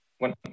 One